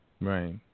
Right